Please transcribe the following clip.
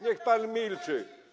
Niech pan milczy.